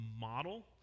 model